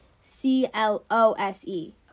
C-L-O-S-E